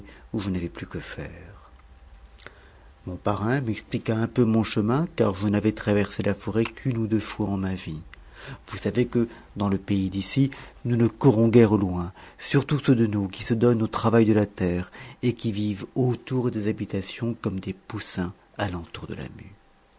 où je n'avais plus que faire mon parrain m'expliqua un peu mon chemin car je n'avais traversé la forêt qu'une ou deux fois en ma vie vous savez que dans le pays d'ici nous ne courons guère au loin surtout ceux de nous qui se donnent au travail de la terre et qui vivent autour des habitations comme des poussins alentour de la mue